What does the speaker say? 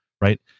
right